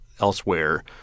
elsewhere